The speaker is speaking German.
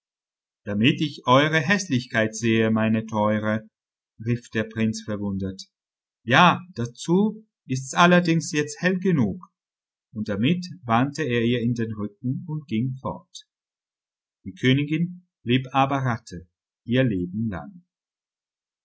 damit ich ihre häßlichkeit sehe meine teure rief der prinz verwundert ja dazu ist's allerdings jetzt hell genug und damit wandte er ihr den rücken und ging fort die königin blieb aber ratte ihr lebelang